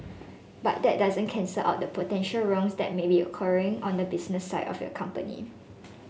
but that doesn't cancel out the potential wrongs that may be occurring on the business side of your company